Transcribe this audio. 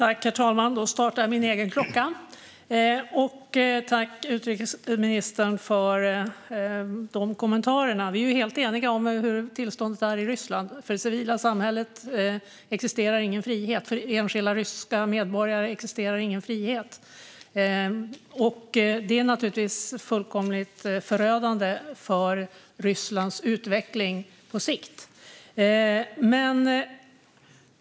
Herr talman! Tack, utrikesministern, för de kommentarerna! Vi är helt eniga om hur tillståndet är i Ryssland. För det civila samhället existerar ingen frihet. För enskilda ryska medborgare existerar ingen frihet. Detta är naturligtvis fullkomligt förödande för Rysslands utveckling på sikt.